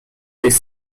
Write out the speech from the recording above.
jest